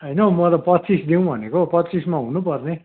हैन हौ म त पच्चिस दिउँ भनेको हौ पच्चिसमा हुनु पर्ने